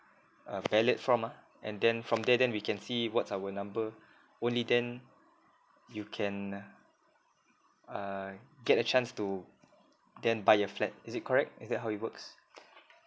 uh ballot from ah and then from there then we can see what's our number only then you can uh uh get a chance to then buy a flat is it correct is that how it works